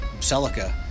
Celica